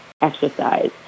exercise